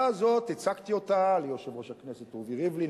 הצגתי את ההצעה הזאת ליושב-ראש הכנסת רובי ריבלין,